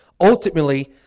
Ultimately